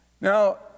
Now